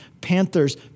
panthers